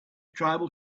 tribal